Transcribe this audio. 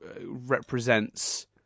represents